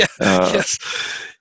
yes